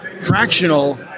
fractional